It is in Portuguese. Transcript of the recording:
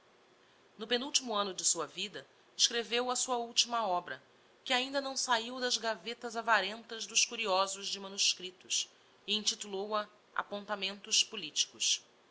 no penultimo anno de sua vida escreveu a sua ultima obra que ainda não sahiu das gavetas avarentas dos curiosos de manuscriptos e intitulou a apontamentos politicos